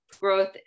growth